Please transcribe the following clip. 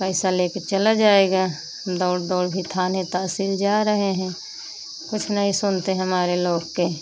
पैसा लेकर चला जाएगा दौड़ दौड़ भी थाने तहसील जा रहे हैं कुछ नहीं सुनते हमारे लोग की